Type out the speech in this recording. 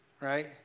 Right